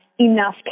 enough